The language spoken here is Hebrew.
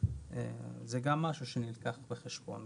זה גם משהו שנלקח בחשבון,